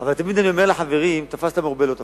אבל תמיד אני אומר לחברים: תפסת מרובה לא תפסת.